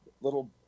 little